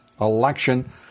election